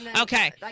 Okay